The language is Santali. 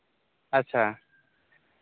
ᱟᱪᱪᱷᱟ